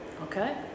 Okay